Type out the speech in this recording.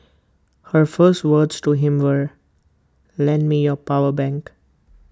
her first words to him were lend me your power bank